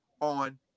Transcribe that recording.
on